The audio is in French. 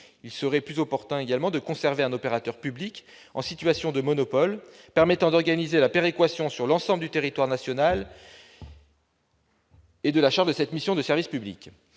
également plus opportun de conserver un opérateur public en situation de monopole, permettant d'organiser la péréquation sur l'ensemble du territoire national et exerçant cette mission de service public.